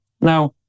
Now